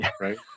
right